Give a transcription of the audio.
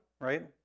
right